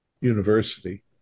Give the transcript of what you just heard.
university